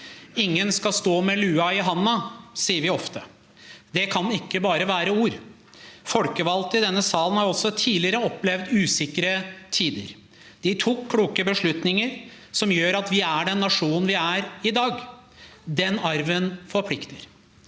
Ingen skal stå med lua i hånda, sier vi ofte. Det kan ikke bare være ord. Folkevalgte i denne salen har også tidligere opplevd usikre tider. De tok kloke beslutninger som gjør at vi er den nasjonen vi er i dag. Den arven forplikter.